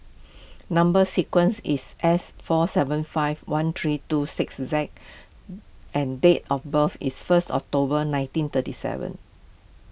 Number Sequence is S four seven five one three two six Z and date of birth is first October nineteen thirty seven